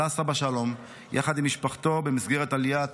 עלה סבא שלום יחד עם משפחתו במסגרת עליית